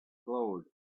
glowed